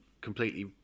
completely